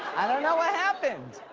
i don't know what happened.